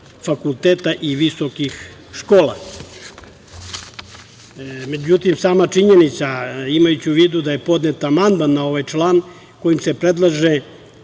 fakulteta i visokih škola. Međutim, sama činjenica, imajući u vidu da je podnet amandman na ovaj član, kojim se predlaže